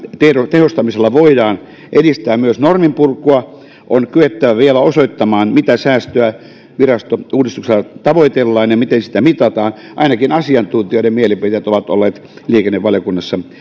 tehostamisella voidaan edistää myös norminpurkua on kyettävä vielä osoittamaan mitä säästöä virastouudistuksella tavoitellaan ja miten sitä mitataan ainakin asiantuntijoiden mielipiteet ovat olleet liikennevaliokunnassa